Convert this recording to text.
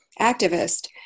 activist